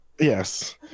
Yes